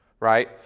Right